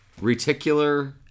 Reticular